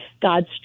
God's